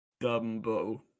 Dumbo